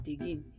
again